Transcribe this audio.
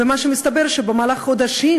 ומה שמתברר זה שבמהלך חודשים,